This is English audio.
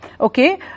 Okay